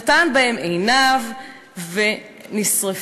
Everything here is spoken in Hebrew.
"נתן בהם עיניו ונשרפו".